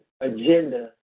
agenda